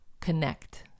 connect